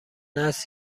است